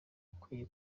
ukwiye